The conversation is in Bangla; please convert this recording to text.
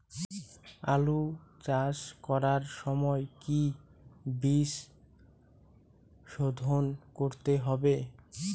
আলু চাষ করার সময় কি বীজ শোধন করতে হবে?